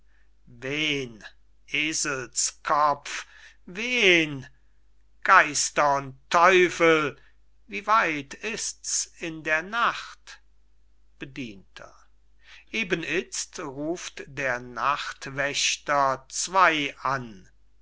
wen geister und teufel wie weit ist's in der nacht bedienter eben itzt ruft der nachtwächter zwey an